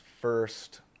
first